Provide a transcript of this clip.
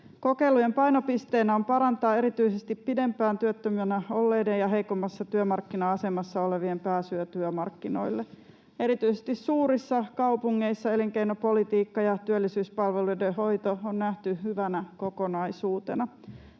Kokeilujen painopisteenä on parantaa erityisesti pidempään työttömänä olleiden ja heikommassa työmarkkina-asemassa olevien pääsyä työmarkkinoille. Erityisesti suurissa kaupungeissa elinkeinopolitiikka ja työllisyyspalveluiden hoito on nähty hyvänä kokonaisuutena.